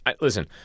listen